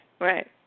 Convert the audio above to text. Right